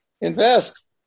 invest